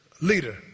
Leader